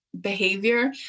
behavior